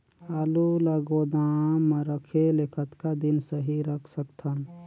आलू ल गोदाम म रखे ले कतका दिन सही रख सकथन?